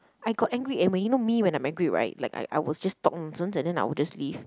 I got angry and when you know me when I'm angry right like I I will just talk nonsense and then I will just leave